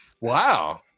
Wow